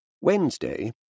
Wednesday